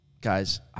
guys